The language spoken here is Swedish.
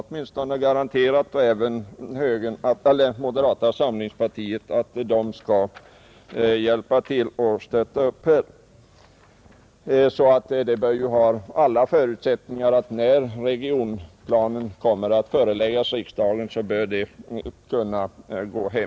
Emellertid har kommunisterna och även moderata samlingspartiet garanterat att de skall hjälpa till och stötta mig. När förslaget till regionplan föreläggs riksdagen bör detta alltså ha alla förutsättningar att gå hem.